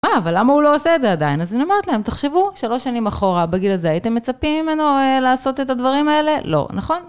מה, אבל למה הוא לא עושה את זה עדיין? אז אני אמרת להם, תחשבו, שלוש שנים אחורה בגיל הזה, הייתם מצפים ממנו לעשות את הדברים האלה? לא, נכון?